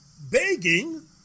begging